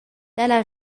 dalla